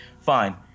Fine